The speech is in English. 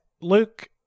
Luke